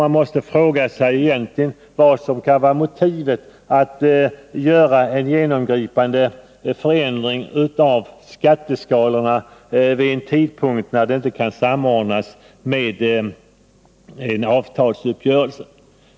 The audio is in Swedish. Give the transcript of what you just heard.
Man måste fråga sig vad som egentligen kan vara motivet till att göra en genomgripande förändring av skatteskalorna vid en tidpunkt då den inte kan samordnas med en avtalsuppgörelse.